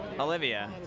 Olivia